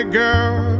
girl